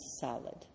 solid